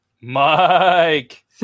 Mike